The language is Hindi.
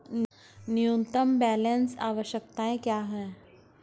न्यूनतम बैलेंस आवश्यकताएं क्या हैं?